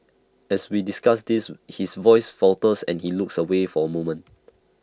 as we discuss this his voice falters and he looks away for A moment